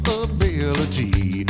ability